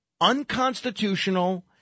unconstitutional